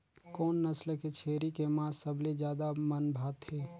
कोन नस्ल के छेरी के मांस सबले ज्यादा मन भाथे?